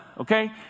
okay